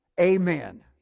Amen